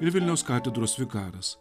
ir vilniaus katedros vikaras